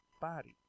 body